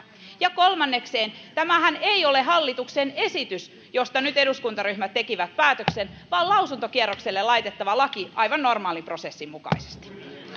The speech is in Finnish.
ja kolmanneksi tämähän ei ole hallituksen esitys josta nyt eduskuntaryhmät tekivät päätöksen vaan lausuntokierrokselle laitettava laki aivan normaalin prosessin mukaisesti